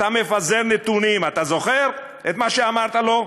אתה מפזר נתונים, אתה זוכר את מה שאמרת לו?